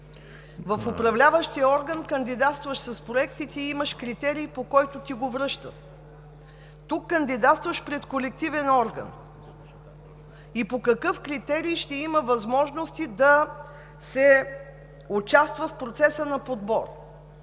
В Управляващия орган кандидатстваш с проекти и ти имаш критерий, по който ти го връщат. Тук кандидатстваш пред колективен орган и по какъв критерий ще има възможности да се участва в процеса на подбор